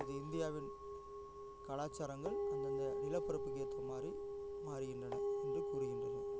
இது இந்தியாவின் கலாச்சாரங்கள் அந்தந்த நிலப்பரப்புக்கு ஏற்ற மாதிரி மாறுகின்றன என்று கூறுகின்றனர்